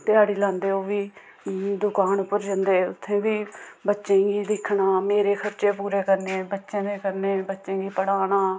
ध्याड़ी लांदे ओह् बी दकान उप्पर जंदे उत्थें बी बच्चें गी दिक्खना मेरे खर्चे पूरे करने बच्चें दे कन्नै बच्चें गी पढ़ाना